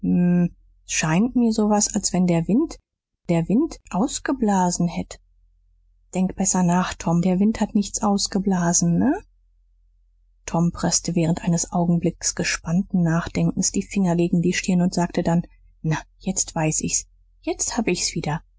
s scheint mir so was als wenn der wind der wind ausgeblasen hätt denk besser nach tom der wind hat nichts ausgeblasen na tom preßte während eines augenblicks gespannten nachdenkens die finger gegen die stirn und sagte dann na jetzt weiß ich's jetzt hab ich's wieder